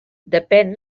depèn